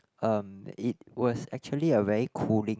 um it was actually a very cooling